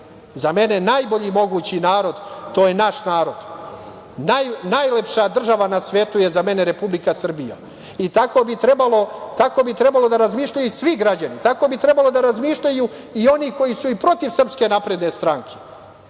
za mene najbolji mogući narod je naš narod, najlepša država na svetu je za mene Republika Srbija i tako bi trebalo da razmišljaju svi građani, tako bi trebalo da razmišljaju i oni koji su i protiv SNS… Narod treba